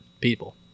people